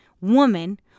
woman